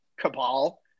cabal